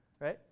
right